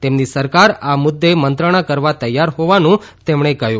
તેમની સરકાર આ મુદ્દે મંત્રણા કરવા તૈયાર હોવાનું તેમણે કહ્યું